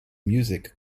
music